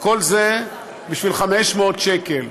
וכל זה בשביל 500 שקל.